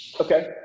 Okay